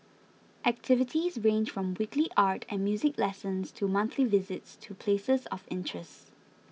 activities range from weekly art and music lessons to monthly visits to places of interests